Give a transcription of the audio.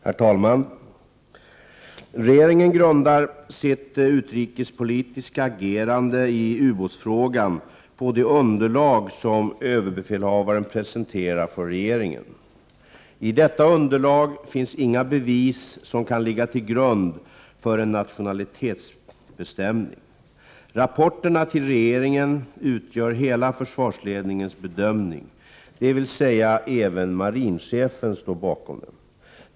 Herr talman! Regeringen grundar sitt utrikespolitiska agerande i ubåtsfrågan på det underlag som ÖB presenterar för regeringen. I detta underlag finns inga bevis som kan ligga till grund för en nationalitetsbestämning. Rapporterna till regeringen utgör hela försvarsledningens bedömning, dvs. 115 även marinchefen står bakom dem.